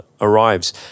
arrives